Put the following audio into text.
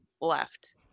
left